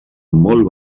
molt